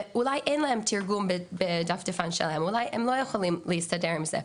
אולי אין להם תרגום בדפדפן שלהם ואולי הם לא יכולים להסתדר עם זה,